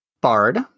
bard